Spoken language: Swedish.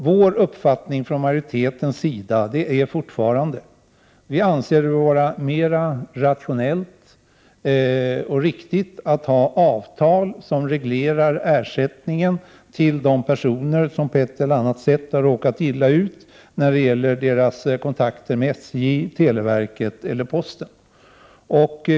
Vår uppfattning från majoritetens sida är fortfarande att vi anser det vara mera rationellt och riktigt att ha avtal som reglerar ersättningen till de personer som på ett eller annat sätt har råkat illa ut när det gäller deras kontakter med SJ, televerket eller posten.